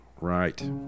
Right